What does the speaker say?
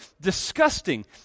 disgusting